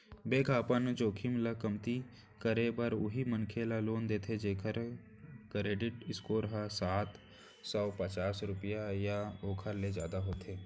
bank ह अपन जोखिम ल कमती करे बर उहीं मनखे ल लोन देथे जेखर करेडिट स्कोर ह सात सव पचास रुपिया या ओखर ले जादा होथे